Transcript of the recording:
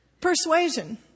Persuasion